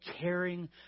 caring